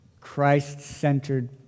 Christ-centered